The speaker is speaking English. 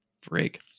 freak